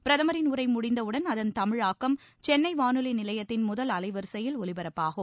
பிரதமரின் உரை முடிந்தவுடன் அதன் தமிழாக்கம் சென்னை வானொலி நிலையத்தின் முதல் அலைவரிசையில் ஒலிபரப்பாகும்